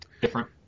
Different